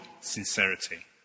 sincerity